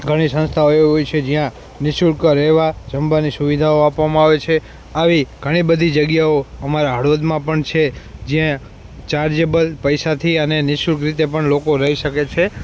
ઘણી સંસ્થાઓ એવી હોય છે જ્યાં નિઃશુલ્ક રહેવા જમવાની સુવિધાઓ આપવામાં આવે છે આવી ઘણી બધી જગ્યાઓ અમારા હળવદમાં પણ છે જ્યાં ચાર્જેબલ પૈસાથી અને નિઃશુલ્ક રીતે પણ લોકો રહી શકે છે